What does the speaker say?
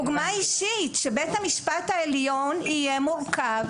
שבית המשפט העליון יהיה מורכב